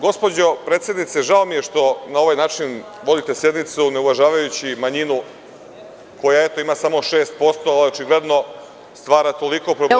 Gospođo predsednice, žao mi je što na ovaj način vodite sednicu, ne uvažavajući manjinu koja ima samo 6%, ali očigledno stvara toliko problema.